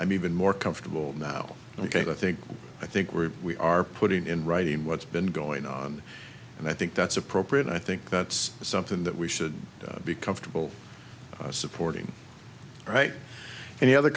i'm even more comfortable now ok i think i think we're we are putting in writing what's been going on and i think that's appropriate i think that's something that we should be comfortable supporting right and the